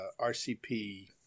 RCP